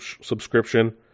subscription